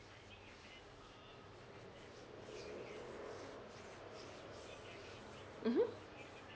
mmhmm